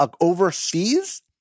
overseas